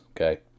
Okay